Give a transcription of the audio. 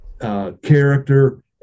character